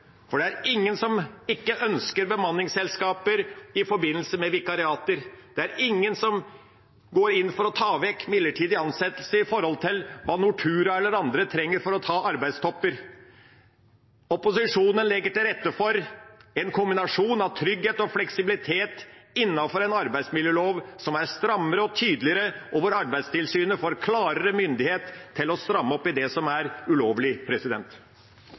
For det er ingen som ikke ønsker bemanningsselskaper i forbindelse med vikariater, det er ingen som går inn for å ta vekk midlertidige ansettelser med tanke på hva Nortura eller andre trenger for å ta arbeidstopper. Opposisjonen legger til rette for en kombinasjon av trygghet og fleksibilitet innenfor en arbeidsmiljølov som er strammere og tydeligere, og hvor Arbeidstilsynet får klarere myndighet til å stramme opp i det som er ulovlig.